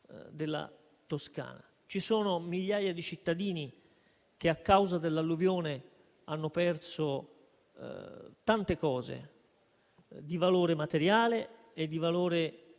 Ci sono migliaia di cittadini che, a causa dell'alluvione, hanno perso tante cose di valore materiale e di valore affettivo,